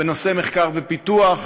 בנושאי מחקר ופיתוח,